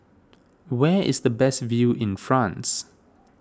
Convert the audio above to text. where is the best view in France